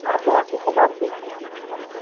हाँ बहोत से प्रकार की सब्ज़ियाँ